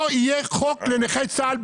בכללותו לא יהיה חוק לנכי צה"ל?